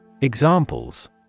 Examples